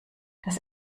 das